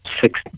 six